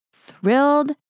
thrilled